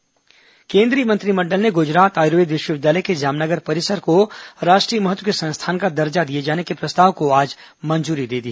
मंत्रिमंडल आयुर्वेदिक संस्थान केन्द्रीय मंत्रिमंडल ने गुजरात आयुर्वेद विश्वविद्यालय के जामनगर परिसर को राष्ट्रीय महत्व के संस्थान का दर्जा दिये जाने के प्रस्ताव को आज मंजूरी दी